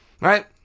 Right